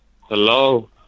Hello